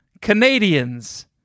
Canadians